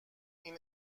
این